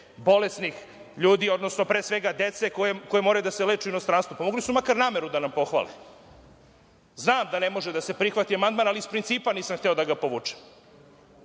bolesnih ljudi, odnosno pre svega dece koja moraju da se leče u inostranstvu. Pa, mogli su makar nameru da nam pohvale. Znam da ne može da se prihvati amandman, ali iz principa nisam hteo da ga povučem.